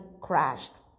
crashed